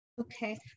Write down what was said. Okay